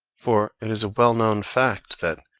for it is a well-known fact that,